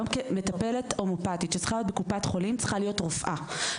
היום מטפלת הומיאופטית שעובדת בקופת חולים צריכה להיות רופאה.